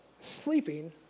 sleeping